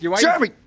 Jeremy